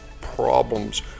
problems